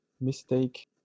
mistake